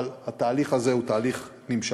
אבל התהליך הזה הוא תהליך נמשך.